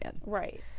Right